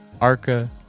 Arca